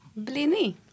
Blini